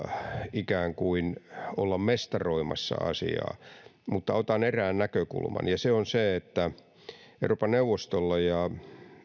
ikään kuin olla mestaroimassa asiaa mutta otan erään näkökulman ja se on se että euroopan neuvostolla ja